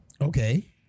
Okay